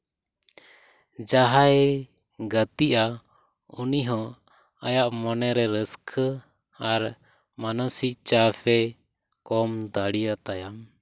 ᱡᱟᱦᱟᱸᱭ ᱜᱟᱹᱛᱤᱜᱼᱟ ᱩᱱᱤ ᱦᱚᱸ ᱟᱭᱟᱜ ᱢᱚᱱᱮ ᱨᱮ ᱨᱟᱹᱥᱠᱟᱹ ᱟᱨ ᱢᱟᱱᱚᱥᱤᱠ ᱪᱟᱯᱮᱭ ᱠᱚᱢ ᱫᱟᱲᱮᱣᱟᱛᱟᱭᱟ